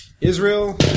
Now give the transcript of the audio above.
Israel